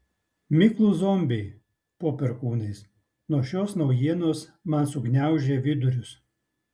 miklūs zombiai po perkūnais nuo šios naujienos man sugniaužė vidurius